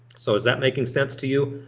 so is that making sense to you?